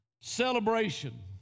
celebration